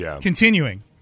Continuing